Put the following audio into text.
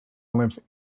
lives